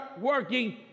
working